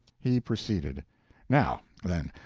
he proceeded now, then,